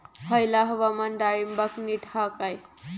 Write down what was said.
हयला हवामान डाळींबाक नीट हा काय?